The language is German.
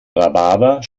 rhabarber